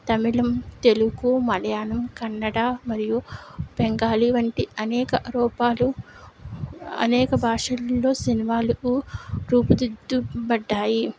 తమిళం తెలుగు మలయాళం కన్నడ మరియు బెంగాలీ వంటి అనేక రూపాలు అనేక భాషల్లో సినిమాలకు రూపుదిద్దబడ్డాయి